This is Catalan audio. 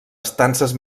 estances